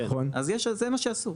אז זה מה שאסור.